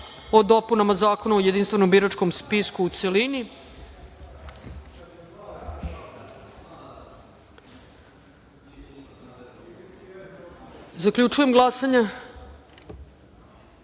o dopunama Zakona o jedinstvenom biračkom spisku, u celini. Zaključujem glasanje: